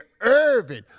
Irving